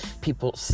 People